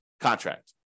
contract